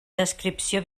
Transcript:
descripció